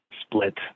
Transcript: split